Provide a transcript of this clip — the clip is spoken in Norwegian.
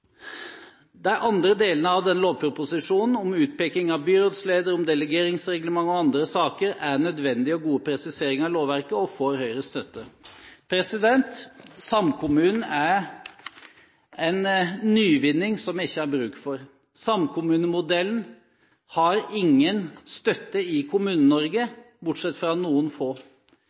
De andre delene av den lovproposisjonen, om utpeking av byrådsleder, om delegeringsreglement og andre saker, er nødvendige og gode presiseringer i lovverket og får Høyres støtte. Samkommunen er en nyvinning som vi ikke har bruk for. Samkommunemodellen har ingen støtte i Kommune-Norge, bortsett fra noen få.